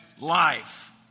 life